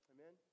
Amen